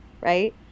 right